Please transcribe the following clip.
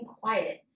quiet